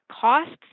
costs